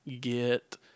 get